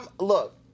look